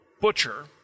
butcher